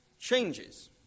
changes